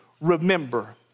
remember